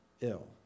ill